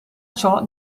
ciò